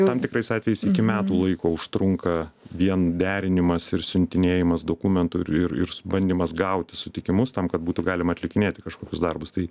tam tikrais atvejais iki metų laiko užtrunka vien derinimas ir siuntinėjimas dokumentų ir ir ir bandymas gauti sutikimus tam kad būtų galima atlikinėti kažkokius darbus tai